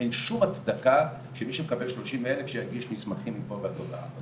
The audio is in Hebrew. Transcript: אין שום הצדקה שמי שמקבל שלושים אלף יגיש מסמכים מפה ועד להודעה חדשה.